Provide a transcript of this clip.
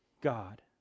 God